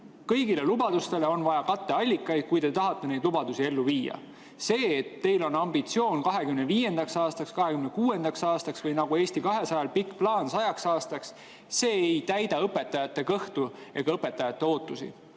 kõigile lubadustele on vaja katteallikaid, kui te tahate neid lubadusi ellu viia. See, et teil on ambitsioon 2025. aastaks, 2026. aastaks või, nagu Eesti 200‑l, pikk plaan 100 aastaks, ei täida õpetajate kõhtu ega õpetajate ootusi.